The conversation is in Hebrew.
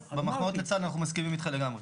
במחמאות לצה"ל אנחנו מסכימים איתך לגמרי.